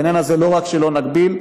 בעניין הזה לא רק שלא נגביל,